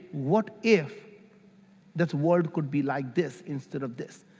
what if this world could be like this instead of this.